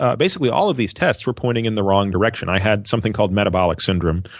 ah basically, all of these tests were pointing in the wrong direction. i had something called metabolic syndrome,